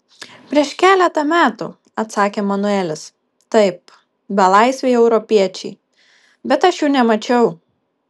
prieš keletą metų atsakė manuelis taip belaisviai europiečiai bet aš jų nemačiau